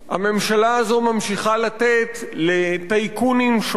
הממשלה הזאת ממשיכה לתת לטייקונים שונים